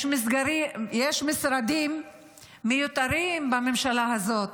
יש משרדים מיותרים בממשלה הזאת.